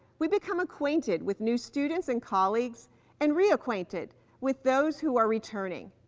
we become acquainted with new students and colleagues and reacquainted with those who are returning,